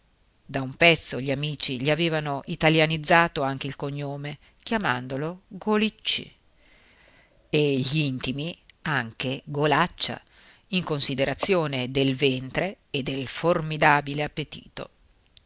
da un pezzo gli amici gli avevano italianizzato anche il cognome chiamandolo golicci e gl'intimi anche golaccia in considerazione del ventre e del formidabile appetito